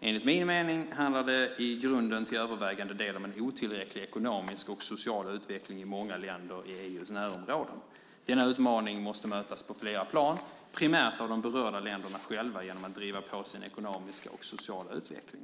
Enligt min mening handlar det i grunden till övervägande del om en otillräcklig ekonomisk och social utveckling i många länder i EU:s närområden. Denna utmaning måste mötas på flera plan, primärt av de berörda länderna själva genom att driva på sin ekonomiska och sociala utveckling.